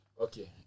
Okay